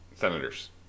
Senators